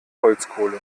holzkohle